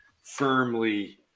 firmly